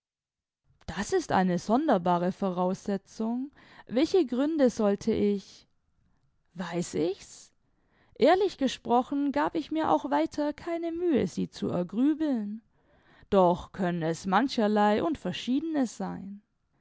das ist eine sonderbare voraussetzung welche gründe sollte ich weiß ich's ehrlich gesprochen gab ich mir auch weiter keine mühe sie zu ergrübeln doch können es mancherlei und verschiedene sein